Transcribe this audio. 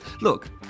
Look